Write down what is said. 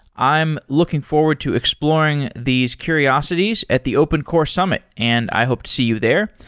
i'm looking forward to exploring these curiosities at the open core summit and i hope to see you there.